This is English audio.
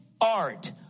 art